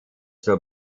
zur